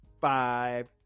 Five